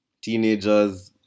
teenagers